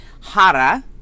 Hara